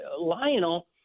Lionel